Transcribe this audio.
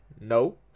no